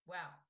Wow